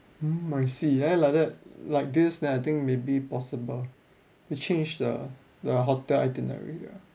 hmm I see then like that like this then I think maybe possible to change the the hotel itinerary ya